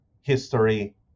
history